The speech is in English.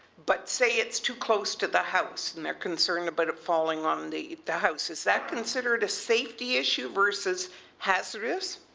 but say it's too close to the house and they're concerned about but it falling on the the house, is that considered a safety issue versus hazardous?